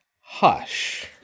Hush